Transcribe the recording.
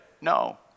No